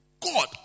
God